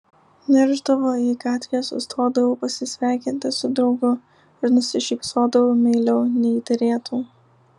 niršdavo jei gatvėje sustodavau pasisveikinti su draugu ir nusišypsodavau meiliau nei derėtų